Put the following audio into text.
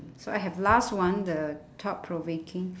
so I have last one the thought provoking